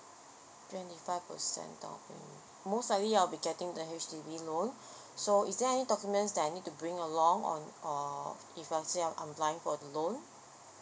twenty five percent down payment most likely I'll be getting the H_D_B loan so is there any documents that I need to bring along on or if I'm saying I'm lying for the loan